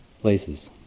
places